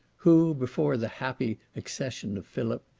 who, before the happy accession of philip,